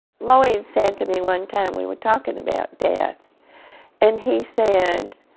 lloyd said to me one time we were talking about death and he said